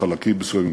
בחלקים מסוימים,